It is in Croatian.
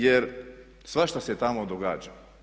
Jer svašta se tamo događalo.